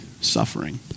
suffering